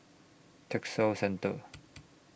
Textile Centre